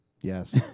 Yes